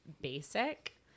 basic